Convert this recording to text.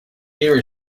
here